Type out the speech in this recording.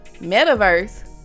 metaverse